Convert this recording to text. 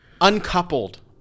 uncoupled